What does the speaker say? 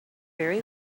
very